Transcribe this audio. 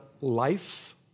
life